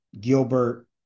Gilbert